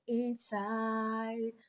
inside